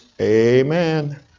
Amen